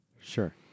sure